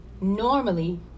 Normally